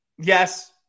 Yes